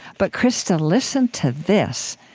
but, krista, listen to this.